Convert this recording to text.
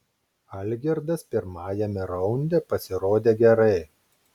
algirdas pirmajame raunde pasirodė gerai